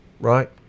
right